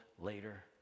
later